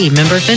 member